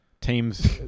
teams